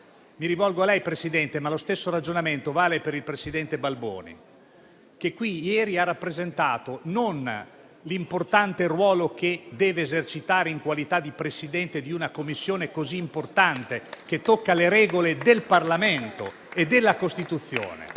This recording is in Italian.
Mi rivolgo a lei, signor Presidente, ma lo stesso ragionamento vale per il presidente Balboni, che qui ieri ha rappresentato non l'importante ruolo che deve esercitare in qualità di Presidente di una Commissione così rilevante, che tocca le regole del Parlamento e della Costituzione.